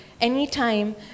anytime